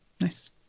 Nice